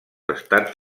estats